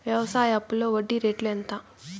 వ్యవసాయ అప్పులో వడ్డీ రేట్లు ఎంత?